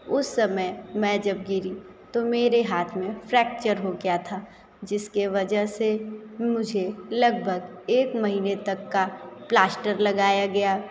उस समय मैं जब गिरी तो मेरे हाथ में फ़्रेक्चर हो गया था जिसके वजह से मुझे लगभग एक महीने तक का प्लाश्टर लगाया गया